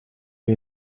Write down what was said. gli